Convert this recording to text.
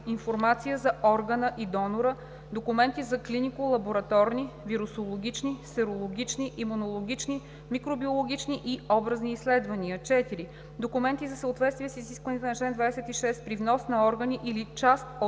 информация за органа и донора – документи за клинико-лабораторни, вирусологични, серологични, имунологични, микробиологични и образни изследвания; 4. документи за съответствие с изискванията на чл. 26 при внос на органи или част от